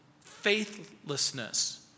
faithlessness